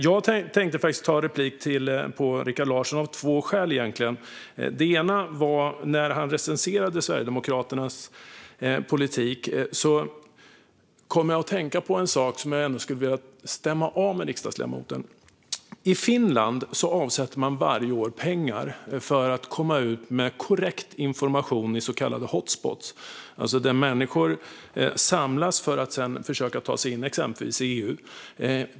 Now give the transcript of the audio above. Jag tänkte egentligen begära replik på Rikard Larsson av två skäl. Det ena handlar om att jag, när han recenserade Sverigedemokraternas politik, kom att tänka på en sak som jag skulle vilja stämma av med riksdagsledamoten. I Finland avsätter man varje år pengar för att komma ut med korrekt information på så kallade hotspots, alltså platser där människor samlas för att sedan försöka ta sig in i exempelvis EU.